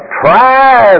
try